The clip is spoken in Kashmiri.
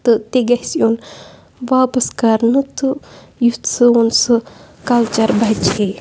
تہٕ تہِ گژھِ یُن واپَس کَرنہٕ تہٕ یُتھ سُہ اوٚن سُہ کَلچَر بَچہٕ ہے